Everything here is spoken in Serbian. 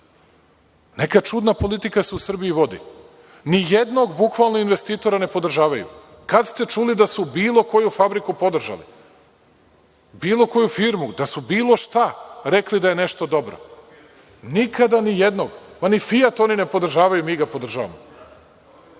Neka čudna politika se u Srbiji vodi. Ni jednog bukvalno investitora ne podržavaju. Kada ste čuli da su bilo koju fabriku podržali, bilo koju firmu, da su bilo šta rekli da je nešto dobro? Nikada ni jednog. Ni „Fijat“ ne podržavaju, mi ga podržavamo.